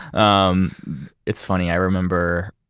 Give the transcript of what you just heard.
um it's funny. i remember,